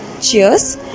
cheers